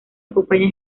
acompaña